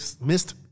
missed